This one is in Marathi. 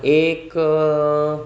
एक